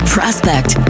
Prospect